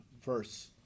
verse